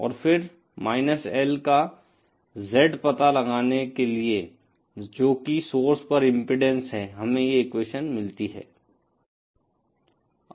और फिर L का Z पता लगाने के लिए जो की सोर्स पर इम्पीडेन्स है हमें यह एक्वेशन मिलती है